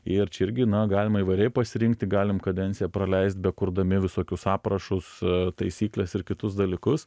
ir čia irgi na galima įvairiai pasirinkti galim kadenciją praleist bekurdami visokius aprašus taisykles ir kitus dalykus